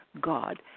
god